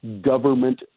government